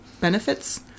benefits